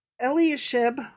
Eliashib